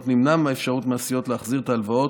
נמנעה מהסיעות האפשרות להחזיר את ההלוואות.